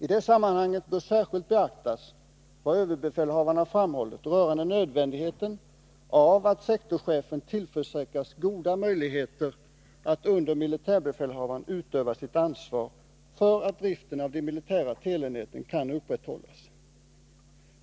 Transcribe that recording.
I det sammanhanget bör särskilt beaktas vad överbefälhavaren har framhållit rörande nödvändigheten av att sektorchefen tillförsäkras goda möjligheter att under militärbefälhavaren utöva sitt ansvar för att driften av det militära telenätet kan upprätthållas.